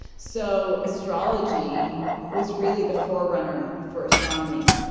so astrology was really the forerunner for astronomy.